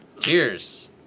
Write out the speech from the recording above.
Cheers